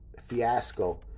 fiasco